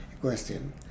question